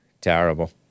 Terrible